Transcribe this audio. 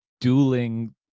dueling